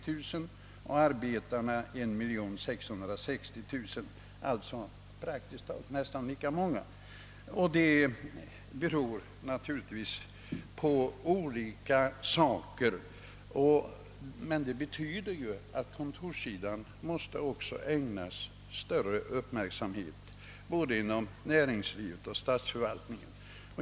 Denna utveckling har naturligtvis flera orsaker, men den innebär också att kontorssidan måste ägnas större uppmärksamhet både inom näringslivet och inom statsförvaltningen.